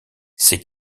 ces